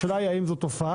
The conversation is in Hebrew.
השאלה היא האם זאת תופעה,